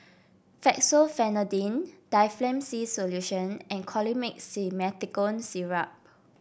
Fexofenadine Difflam C Solution and Colimix Simethicone Syrup